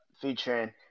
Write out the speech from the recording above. featuring